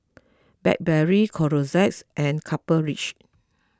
Blackberry Clorox and Copper Ridge